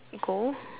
go